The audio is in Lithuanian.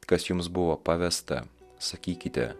kas jums buvo pavesta sakykite